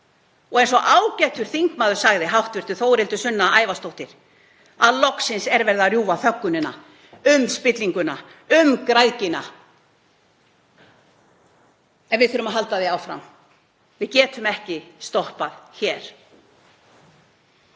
Og eins og ágætur þingmaður sagði, hv. þm. Þórhildur Sunna Ævarsdóttir: Loksins er verið að rjúfa þöggunina um spillinguna, um græðgina. En við þurfum að halda því áfram. Við getum ekki stoppað hér.